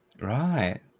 right